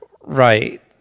Right